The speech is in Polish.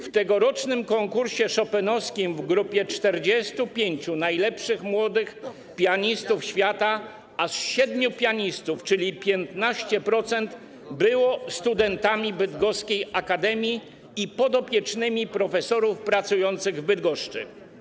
W tegorocznym konkursie chopinowskim w grupie 45 najlepszych młodych pianistów świata aż 7, czyli 15%, było studentami bydgoskiej akademii i podopiecznymi profesorów pracujących w Bydgoszczy.